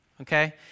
Okay